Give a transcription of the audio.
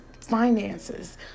finances